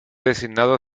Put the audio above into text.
designado